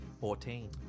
Fourteen